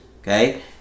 Okay